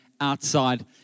outside